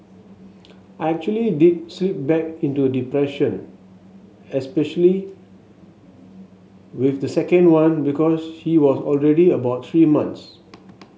I actually did slip back into depression especially with the second one because she was already about three months